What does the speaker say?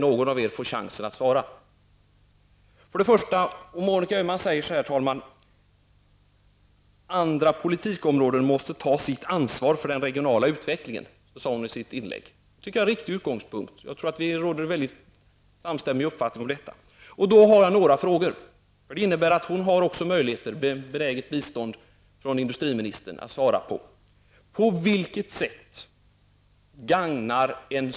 Någon av er får chansen att svara. Herr talman! Monica Öhman sade i sitt inlägg att andra politikområden måste ta sitt ansvar för den regionala utvecklingen. Det tycker jag är en riktig utgångspunkt. Det råder en väldig samstämmig uppfattning om detta. Jag har några frågor. Det innebär att Monica Öhman har möjligheter med benäget bistånd från industriministern att svara.